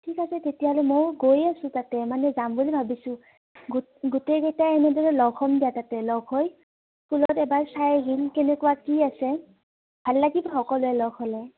ঠিক আছে তেতিয়াহ'লে মইও গৈ আছোঁ তাতে মানে যাম বুলি ভাবিছোঁ গো গোটেইকেইটাই এনেদৰে লগ হ'ম দিয়া তাতে লগ হৈ স্কুলত এবাৰ চাই আহিম কেনেকুৱা কি আছে ভাল লাগিব সকলোৱে লগ হ'লে